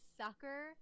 sucker